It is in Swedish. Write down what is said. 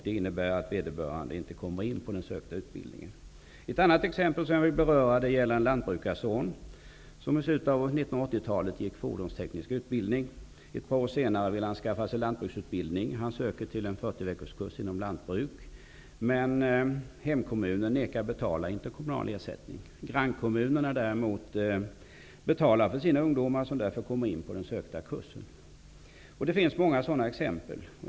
Det innebär att vederbörande inte kommer in på den utbildning som hon sökt till. Ett annat exempel som jag vill ge gäller en lantbrukarson, som i slutet av 1980-talet gick fordonsteknisk utbildning. Ett par år senare vill han skaffa sig lantbruksutbildning. Han söker till en 40 veckorskurs inom lantbruk, men hemkommunen vägrar att betala interkommunal ersättning. Grannkommunerna däremot betalar för sina ungdomar, som därför kommer in på kursen. Det finns många sådana exempel.